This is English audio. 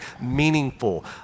meaningful